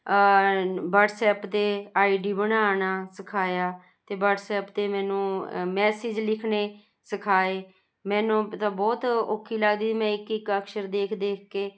WhatsApp 'ਤੇ I D ਬਣਾਉਣਾ ਸਿਖਾਇਆ ਅਤੇ ਵਟਸਐਪ 'ਤੇ ਮੈਨੂੰ ਮੈਸੇਜ ਲਿਖਣੇ ਸਿਖਾਏ ਮੈਨੂੰ ਤਾਂ ਬਹੁਤ ਔਖੀ ਲੱਗਦੀ ਮੈਂ ਇੱਕ ਇੱਕ ਅਕਸ਼ਰ ਦੇਖ ਦੇਖ ਕੇ